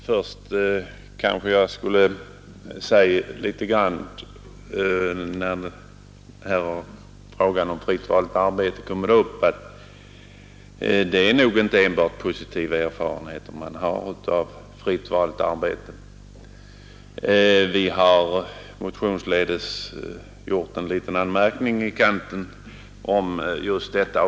Fru talman! Eftersom frågan om fritt valt arbete kommit upp vill jag säga att man nog inte enbart har positiva erfarenheter av det. Vi inom centern har motionsledes gjort en liten anmärkning i kanten just om detta.